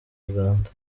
uganda